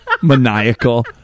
Maniacal